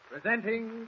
Presenting